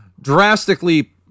drastically